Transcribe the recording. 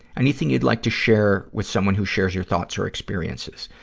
anything you'd like to share with someone who shares your thoughts or experiences?